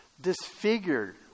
disfigured